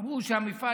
אמרו שהמפעל,